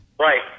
Right